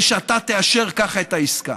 כדי שאתה תאשר ככה את העסקה?